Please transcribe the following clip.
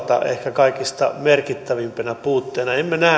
kaikista merkittävimpänä puutteena emme näe